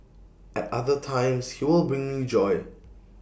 at other times he will bring me joy